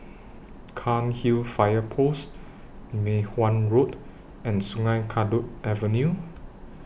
Cairnhill Fire Post Mei Hwan Road and Sungei Kadut Avenue